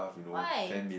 why